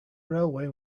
railway